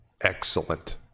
excellent